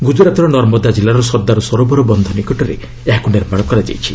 ଗୁଜରାତର ନର୍ମଦା କିଲ୍ଲାର ସର୍ଦ୍ଦାର ସବେରାବର ବନ୍ଧ ନିକଟରେ ଏହାକୁ ନିର୍ମାଣ କରାଯାଇଛି